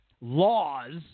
laws